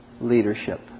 leadership